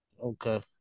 Okay